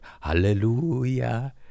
Hallelujah